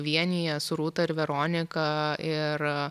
vienija su rūta ir veronika ir